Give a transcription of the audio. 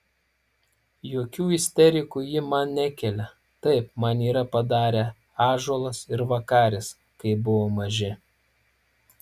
jokių isterikų ji man nekelia taip man yra padarę ąžuolas ir vakaris kai buvo maži